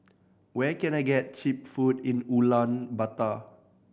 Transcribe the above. where can I get cheap food in Ulaanbaatar